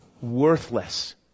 Worthless